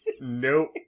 Nope